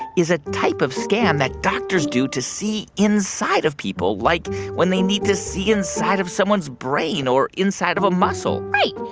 is a type of scan that doctors do to see inside of people, like when they need to see inside of someone's brain or inside of a muscle right.